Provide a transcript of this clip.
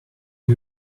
you